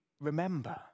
Remember